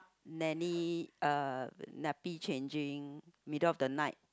nanny uh nappy changing middle of the night